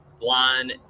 line